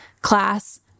class